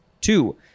Two